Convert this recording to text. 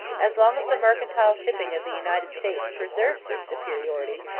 as long as the mercantile shipping of the united states preserves this superiority,